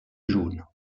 jaune